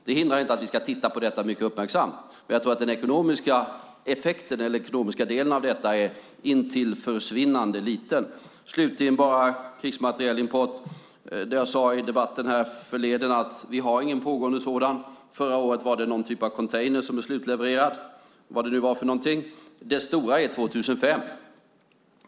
Det hindrar inte att vi ska titta på detta mycket uppmärksamt, men jag tror att den ekonomiska delen i detta är intill försvinnande liten. Slutligen var det krigsmaterielimporten. Som jag sade i debatten härförleden har vi ingen pågående sådan. Förra året var det någon typ av container som blev slutlevererad, vad det nu var för någonting. Det stora är 2005.